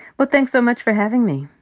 but thanks so much for having me.